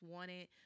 Wanted